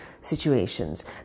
situations